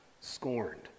scorned